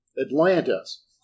Atlantis